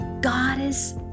goddess